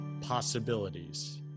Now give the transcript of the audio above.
possibilities